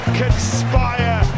conspire